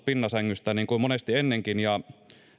pinnasängystä niin kuin monesti ennenkin ja